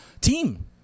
team